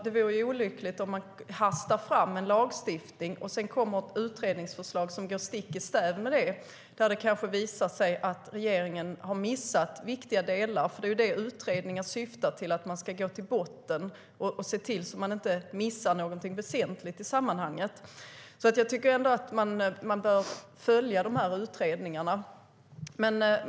Det vore olyckligt att hasta fram en lagstiftning om det sedan kommer ett utredningsförslag som går stick i stäv med den och det kanske visar sig att regeringen har missat viktiga delar. Det utredningen syftar till är ju att man ska gå till botten med frågan och inte missa något väsentligt i sammanhanget. Därför tycker jag att man bör följa utredningarna.